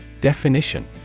Definition